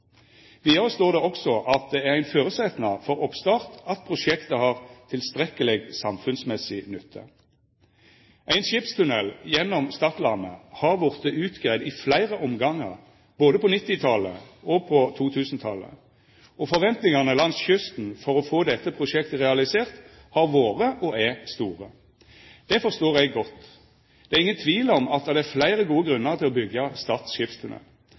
Vidare står det også at det er ein føresetnad for oppstart at prosjektet har tilstrekkeleg samfunnsmessig nytte. Ein skipstunnel gjennom Stadlandet har vorte utgreidd i fleire omgangar både på 1990-talet og på 2000-talet, og forventningane langs kysten for å få dette prosjektet realisert har vore, og er, store. Det forstår eg godt. Det er ingen tvil om at det er fleire gode grunnar til å byggja